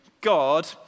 God